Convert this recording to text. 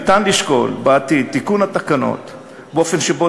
ניתן לשקול בעתיד את תיקון התקנות באופן שבו